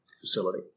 Facility